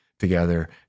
together